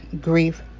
grief